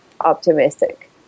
optimistic